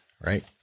Right